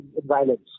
violence